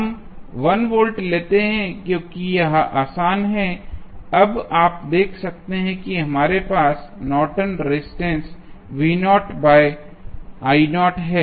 हम 1 वोल्ट लेते हैं क्योंकि यह आसान है अब आप देख सकते हैं कि हमारे पास नॉर्टन रेजिस्टेंस Nortons resistance है